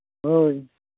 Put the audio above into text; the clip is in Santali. ᱦᱳᱭ